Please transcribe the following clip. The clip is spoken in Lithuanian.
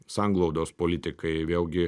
sanglaudos politikai vėlgi